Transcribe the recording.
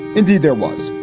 indeed, there was.